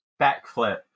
Backflip